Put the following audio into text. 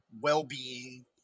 well-being